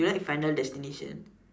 you like final destination